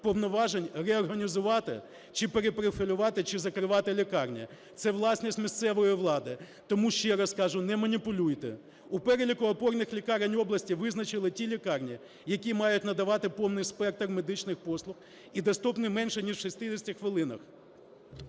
повноважень реорганізувати чи перепрофілювати, чи закривати лікарні. Це власність місцевої влади. Тому ще раз кажу, не маніпулюйте. У переліку опорних лікарень області визначили ті лікарні, які мають надавати повний спектр медичних послуг і доступні менше ніж в 60 хвилинах.